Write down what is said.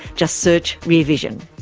just search rear vision.